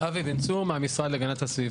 אבי בן צור מהמשרד להגנת הסביבה.